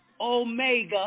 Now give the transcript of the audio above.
Omega